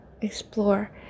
explore